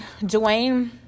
dwayne